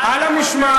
לא על סגירה.